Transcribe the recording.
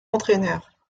entraîneur